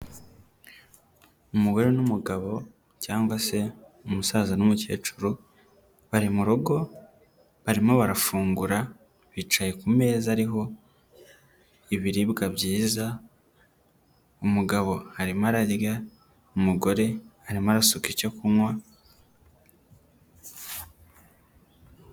Umugore n'umugabo cyangwa se umusaza n'umukecuru bari mu rugo, barimo barafungura, bicaye ku meza ariho ibiribwa byiza. Umugabo arimo ararya, umugore arimo arasuka icyo kunywa.